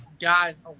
guys